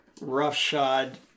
roughshod